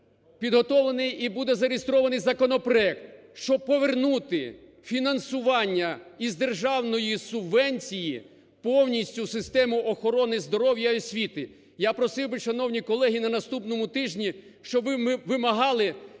підготовлений і буде зареєстрований законопроект, щоб повернути фінансування із державної субвенції повністю систему охорони здоров'я і освіти. Я просив би, шановні колеги, на наступному тижні, щоб ми вимагали